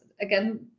again